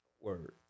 Word